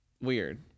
weird